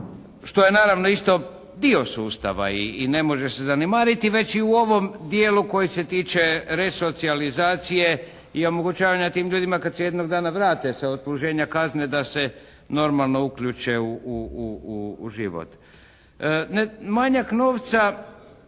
što je naravno isto dio sustava i ne može se zanemariti. Već u ovom dijelu koji se tiče resocijalizacije i omogućavanja tim ljudima kad se jednog dana vrate sa odsluženja kazne da se normalno uključe u život. Manjak novca